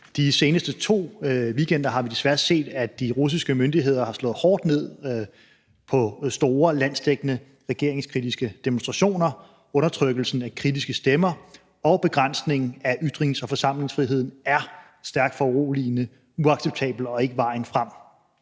De seneste to weekender har vi desværre set, at de russiske myndigheder har slået hårdt ned på store, landsdækkende regeringskritiske demonstrationer. Undertrykkelsen af kritiske stemmer og begrænsningen af ytrings- og forsamlingsfriheden er stærkt foruroligende, uacceptabel og ikke vejen frem.